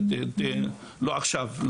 לא עכשיו,